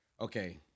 Okay